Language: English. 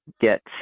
get